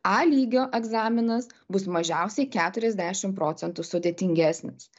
a lygio egzaminas bus mažiausiai keturiasdešimt procentų sudėtingesnis